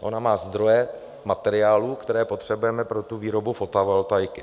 Ona má zdroje materiálů, které potřebujeme pro výrobu fotovoltaiky.